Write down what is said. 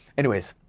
anyways,